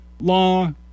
law